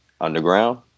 underground